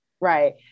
right